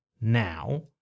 now